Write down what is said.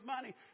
money